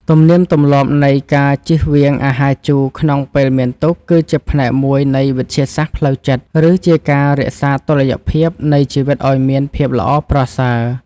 ទំនៀមទម្លាប់នៃការជៀសវាងអាហារជូរក្នុងពេលមានទុក្ខគឺជាផ្នែកមួយនៃវិទ្យាសាស្ត្រផ្លូវចិត្ត ឬ ជាការរក្សាតុល្យភាពនៃជីវិតឱ្យមានភាពល្អប្រសើរ។